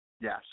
Yes